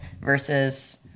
versus